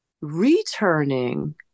returning